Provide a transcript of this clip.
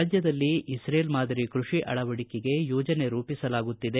ರಾಜ್ಯದಲ್ಲಿ ಇಕ್ರೇಲ್ ಮಾದರಿ ಕೃಷಿ ಅಳವಡಿಕೆಗೆ ಯೋಜನೆ ರೂಪಿಸಲಾಗುತ್ತಿದೆ